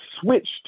switched